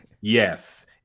Yes